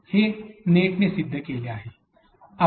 आणि हे सेटने सिद्ध केले आहे